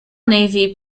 navy